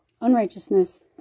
unrighteousness